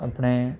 ਆਪਣੇ